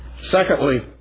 Secondly